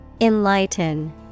Enlighten